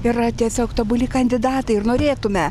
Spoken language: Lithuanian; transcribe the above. yra tiesiog tobuli kandidatai ir norėtume